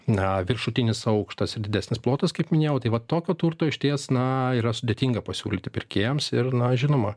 na viršutinis aukštas ir didesnis plotas kaip minėjau tai va tokio turto išties na yra sudėtinga pasiūlyti pirkėjams ir na žinoma